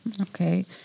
Okay